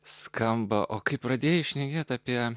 skamba o kai pradėjai šnekėti apie